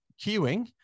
queuing